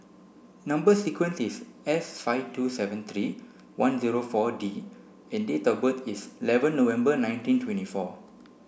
number sequence is S five two seven three one zero four D and date of birth is eleven November nineteen twenty four